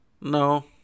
No